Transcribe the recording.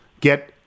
get